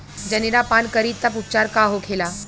जनेरा पान करी तब उपचार का होखेला?